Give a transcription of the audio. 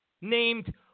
named